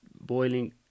boiling